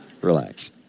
relax